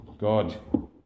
God